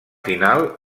final